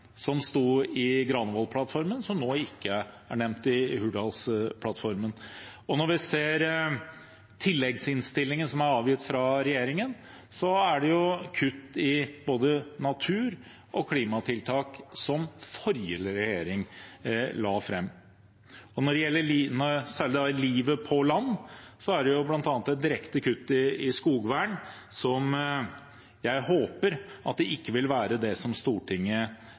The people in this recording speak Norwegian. som sto i Granavolden-plattformen, som nå ikke er nevnt i Hurdalsplattformen. Når vi ser tilleggsinnstillingen som er avgitt fra regjeringen, er det kutt i både natur- og klimatiltak som forrige regjering la fram. Og når det gjelder livet på land, er det bl.a. et direkte kutt i skogvern som jeg håper ikke vil være det som Stortinget